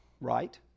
right